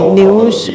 news